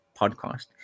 podcast